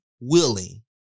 willing